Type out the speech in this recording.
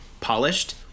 polished